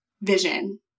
vision